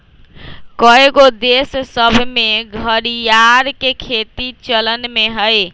कएगो देश सभ में घरिआर के खेती चलन में हइ